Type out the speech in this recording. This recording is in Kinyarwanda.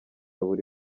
buri